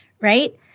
right